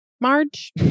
Marge